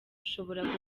ashobora